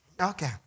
Okay